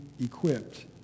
equipped